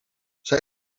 zij